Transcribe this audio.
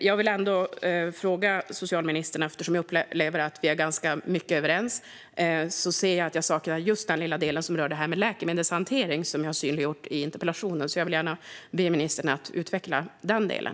Jag upplever att socialministern och jag är överens i ganska mycket, men jag saknar den lilla del som rör läkemedelshantering som jag har synliggjort i interpellationen. Jag vill därför be ministern att utveckla den delen.